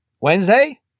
Wednesday